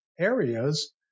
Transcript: areas